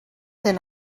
then